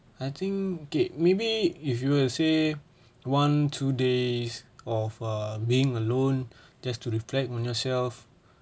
I think K maybe if you will say one two days of uh being alone just to reflect on yourself